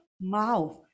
mouth